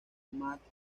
matt